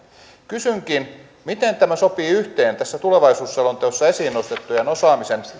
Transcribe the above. kysynkin miten tämä sopii yhteen tässä tulevaisuusselonteossa esiin nostettujen osaamisen